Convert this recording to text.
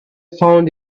found